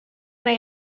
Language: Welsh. neu